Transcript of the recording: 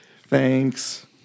Thanks